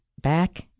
back